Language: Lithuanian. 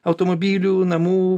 automobilių namų